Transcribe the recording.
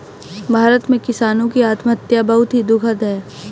भारत में किसानों की आत्महत्या बहुत ही दुखद है